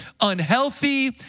unhealthy